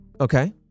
Okay